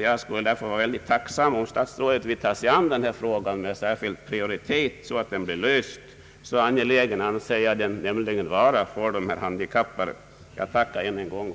Jag skulle därför vara väldigt tacksam om statsrådet vill ta sig an denna fråga med särskild prioritet så att problemet blir löst. Så angeläget anser jag det nämligen vara för dessa handikappade. Jag tackar än en gång